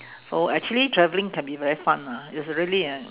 so actually travelling can be very fun ah it's really an